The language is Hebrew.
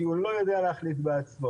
כי הוא לא יודע להחליט בעצמו.